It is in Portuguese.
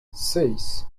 seis